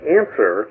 answer